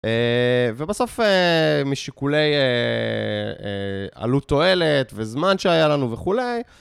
ובסוף משיקולי עלות תועלת וזמן שהיה לנו וכולי.